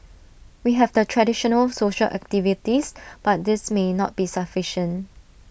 we have the traditional social activities but these may not be sufficient